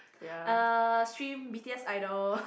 uh stream BTS Idol